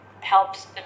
helps